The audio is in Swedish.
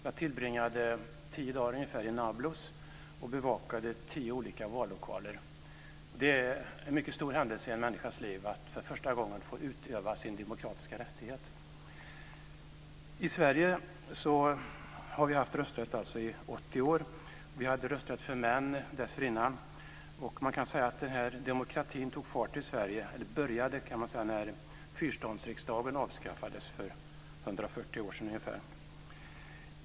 Jag tillbringade ungefär tio dagar i Nablus och bevakade tio olika vallokaler. Det är en mycket stor händelse i en människas liv att för första gången få utöva sin demokratiska rättighet. Vi har i Sverige haft rösträtt i 80 år. Vi hade dessförinnan rösträtt för män. Man kan säga att demokratin tog sin början i Sverige när fyrståndsriksdagen avskaffades för ungefär 140 år sedan.